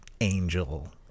Angel